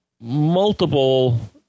multiple